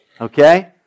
Okay